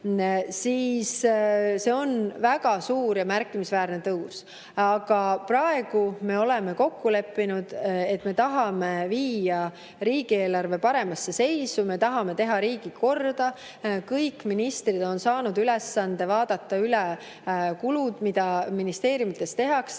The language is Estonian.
See on väga suur ja märkimisväärne tõus. Aga praegu me oleme kokku leppinud, et me tahame viia riigieelarve paremasse seisu, me tahame teha riigi korda. Kõik ministrid on saanud ülesande vaadata üle kulud, mida ministeeriumides tehakse,